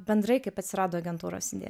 bendrai kaip atsirado agentūros idėja